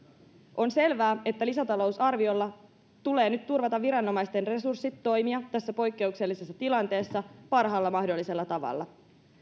on selvää että lisätalousarviolla tulee nyt turvata viranomaisten resurssit toimia tässä poikkeuksellisessa tilanteessa parhaalla mahdollisella tavalla